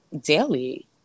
daily